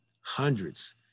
Hundreds